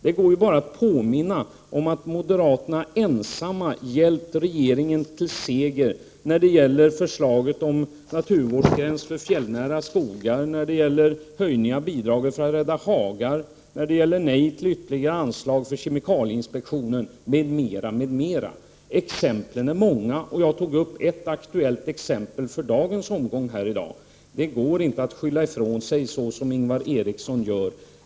Jag kan bara påminna om att moderaterna ensamma har hjälpt regeringen till seger när det gäller naturvårdsgräns för fjällnära skogar, höjning av bidraget för att rädda hagar, nej till ytterligare anslag för kemikalieinspektionen, m.m. 79 Exemplen är många, och jag tog upp ett aktuellt exempel för dagens omgång. Det går inte att skylla ifrån sig som Ingvar Eriksson gör.